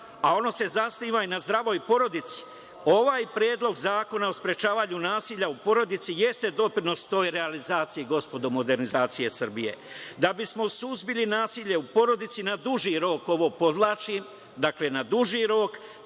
a ono zasniva i na zdravoj porodici, ovaj Predlog zakona o sprečavanju nasilja u porodici jeste doprinos toj realizaciji gospodo, modernizacija Srbije. Da bismo suzbili nasilje u porodici na duži rok, ovo podvlačim, dakle, na duži rok,